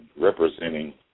representing